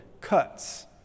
cuts